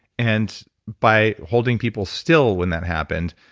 and by holding people still when that happened,